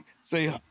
say